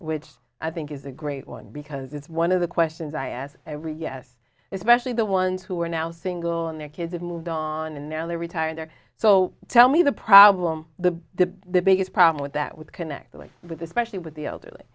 which i think is a great one because it's one of the questions i ask every yes especially the ones who are now single and their kids have moved on and now they're retiring there so tell me the problem the biggest problem with that with connecting with the specially with the elderly